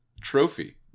trophy